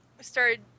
started